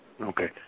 Okay